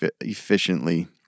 efficiently